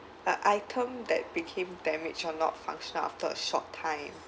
a item that became damaged or not functional after a short time